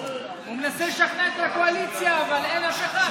הוא מנסה לשכנע את הקואליציה, אבל אין אף אחד.